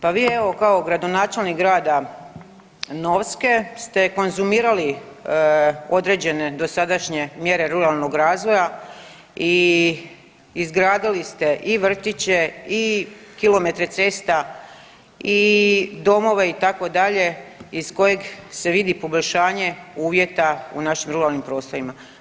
Pa vi evo kao gradonačelnik grada Novske ste konzumirali određene dosadašnje mjere ruralnog razvoja i izgradili ste i vrtiće i kilometre cesta i domove itd. iz kojeg se vidi poboljšanje uvjeta u našim ruralnim prostorima.